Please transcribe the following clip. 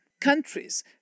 countries